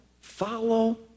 Follow